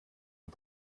und